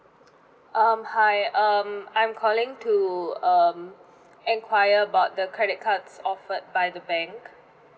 um hi um I'm calling to um enquire about the credit cards offered by the bank